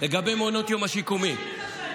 לגבי מעונות היום השיקומיים, שיביא לוועדה.